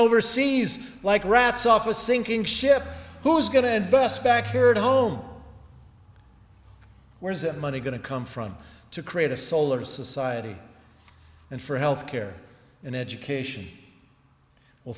overseas like rats off a sinking ship who's going to bust back here at home where's that money going to come from to create a solar society and for health care and education well